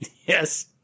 Yes